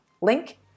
Link